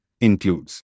includes